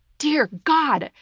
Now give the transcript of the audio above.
dear god.